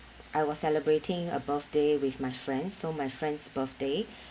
I was celebrating a birthday with my friend so my friend's birthday